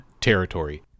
Territory